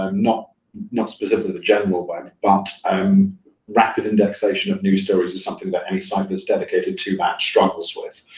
um not not specifically the general one, but but um rapid indexation of new stories or something that any site that's dedicated to that struggles with.